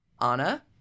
Anna